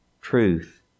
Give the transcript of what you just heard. Truth